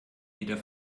wieder